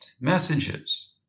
messages